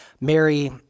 Mary